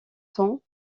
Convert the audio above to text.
temps